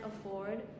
afford